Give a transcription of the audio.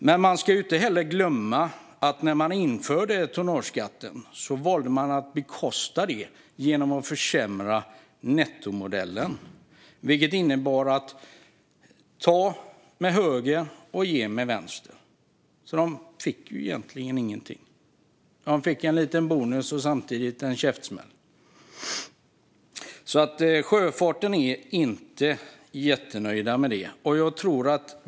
Man ska heller inte glömma att när man införde tonnageskatten valde man att bekosta den genom att försämra nettomodellen. Det innebär att man tar med höger hand och ger med vänster. De fick egentligen ingenting. De fick kanske en liten bonus men samtidigt en käftsmäll. Inom sjöfarten är man alltså inte jättenöjd med det här.